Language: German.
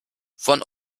von